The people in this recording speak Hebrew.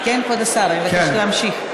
כן, כבוד השר, אני מבקשת להמשיך.